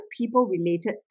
people-related